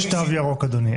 יש תו ירוק, אדוני.